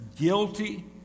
guilty